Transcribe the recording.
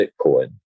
Bitcoin